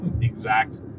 exact